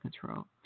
control